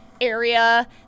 area